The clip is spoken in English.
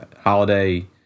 Holiday